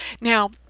Now